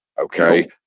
Okay